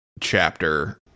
chapter